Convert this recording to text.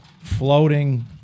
floating